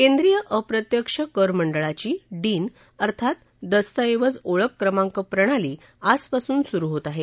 केंद्रीय अप्रत्यक्ष कर मंडळाची डिन अर्थात दस्तऐवज ओळख क्रमांक प्रणाली आजपासून सुरु होत आहे